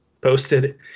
posted